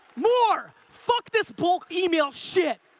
more, fuck this bulk email shit.